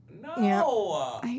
No